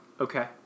Okay